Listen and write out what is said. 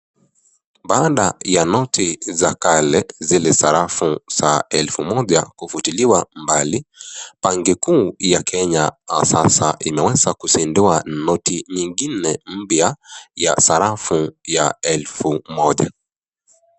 Baada ya noti za kale zile sarafu ya elfu moja kufutiliwa mbali, banki kuu ya Kenya sasa imeweza kuzidua noti nyingine mpya ya sarafu ya elfu moja.